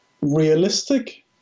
realistic